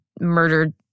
murdered